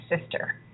sister